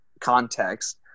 context